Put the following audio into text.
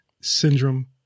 syndrome